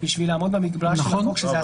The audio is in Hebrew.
בשביל לעמוד במגבלה של החוק שזה עשרה ימים.